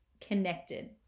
connected